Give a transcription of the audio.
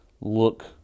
look